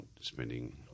spending